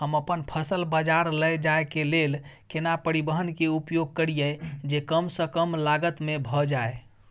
हम अपन फसल बाजार लैय जाय के लेल केना परिवहन के उपयोग करिये जे कम स कम लागत में भ जाय?